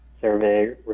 survey